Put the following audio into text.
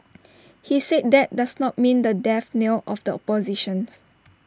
he said that does not mean the death knell of the opposition